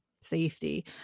safety